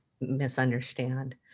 misunderstand